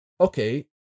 okay